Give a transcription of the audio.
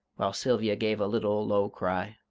while sylvia gave a little low cry.